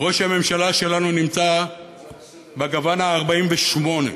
ראש הממשלה שלנו נמצא בגוון ה-48,